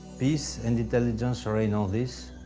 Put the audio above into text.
peace and intelligence ah reign on this,